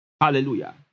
Hallelujah